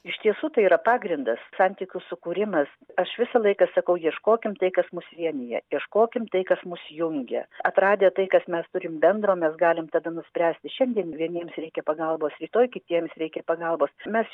iš tiesų tai yra pagrindas santykių sukūrimas aš visą laiką sakau ieškokim tai kas mus vienija ieškokim tai kas mus jungia atradę tai kas mes turim bendro mes galim tada nuspręsti šiandien vieniems reikia pagalbos rytoj kitiems reikia pagalbos mes